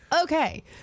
Okay